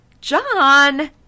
John